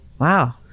wow